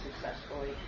successfully